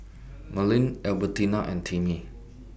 Merlene Albertina and Timmy